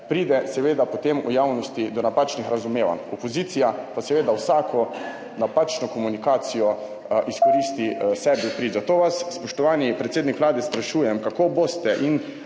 pride potem v javnosti do napačnih razumevanj, opozicija pa seveda vsako napačno komunikacijo izkoristi sebi v prid. Zato vas, spoštovani predsednik Vlade, sprašujem: Kako boste in